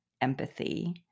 empathy